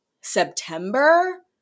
September